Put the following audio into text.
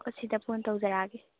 ꯑꯣ ꯁꯤꯗ ꯐꯣꯟ ꯇꯧꯖꯔꯛꯑꯒꯦ